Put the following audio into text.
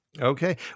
Okay